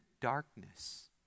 darkness